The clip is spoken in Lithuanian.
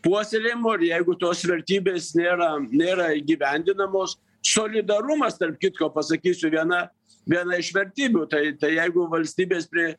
puoselėjimo ir jeigu tos vertybės nėra nėra įgyvendinamos solidarumas tarp kitko pasakysiu viena viena iš vertybių tai tai jeigu valstybės prie